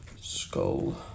skull